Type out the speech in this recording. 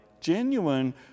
genuine